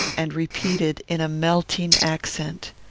and repeated, in a melting accent,